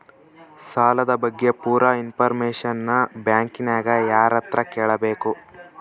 ಸಾಲದ ಬಗ್ಗೆ ಪೂರ ಇಂಫಾರ್ಮೇಷನ ಬ್ಯಾಂಕಿನ್ಯಾಗ ಯಾರತ್ರ ಕೇಳಬೇಕು?